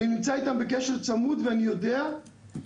אני נמצא אתם בקשר צמוד ואני יודע שהפערים,